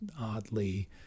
oddly